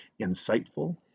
insightful